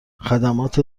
خدمات